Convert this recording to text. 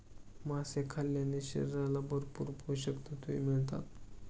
मासे खाल्ल्याने शरीराला भरपूर पोषकतत्त्वे मिळतात